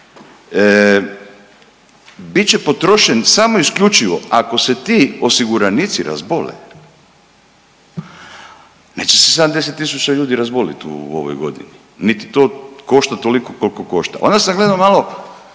će potrošen samo isključivo ako se osiguranici razbole. Neće se 70 tisuća ljudi razbolit u ovoj godini. Niti to košta toliko koliko košta. Onda sam gledao malo